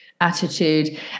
attitude